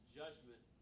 judgment